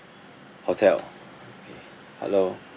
hotel hello